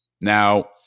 Now